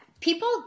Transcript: people